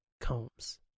Combs